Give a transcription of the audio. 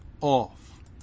off